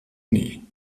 nie